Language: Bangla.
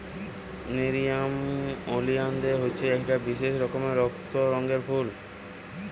নেরিয়াম ওলিয়ানদের হচ্ছে একটা বিশেষ রকমের রক্ত রঙের ফুল